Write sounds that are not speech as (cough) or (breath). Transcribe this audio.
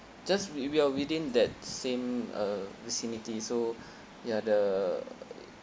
just we we are within that same uh vicinity so (breath) ya the